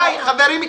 די, חברים.